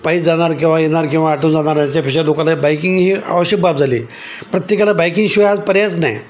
पायी जाणार केव्हा येणार केव्हा आटून जाणार त्याच्यापेक्षा लोकांना बाईकिंग ही आवश्यक बाब झाली प्रत्येकाला बाकिंगशिवाय आज पर्यायच नाही